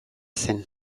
zen